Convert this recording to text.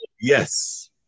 Yes